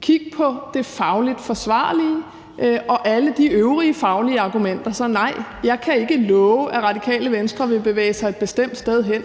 kigge på det fagligt forsvarlige og alle de øvrige faglige argumenter. Så nej, jeg kan ikke love, at Radikale Venstre vil bevæge sig et bestemt sted hen.